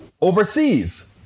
overseas